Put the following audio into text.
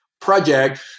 project